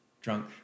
Drunk